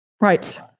Right